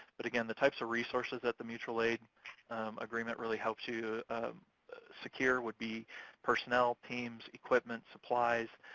but, again, the types of resources that the mutual aid agreement really helps you secure would be personnel, teams, equipment, supplies,